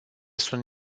sunt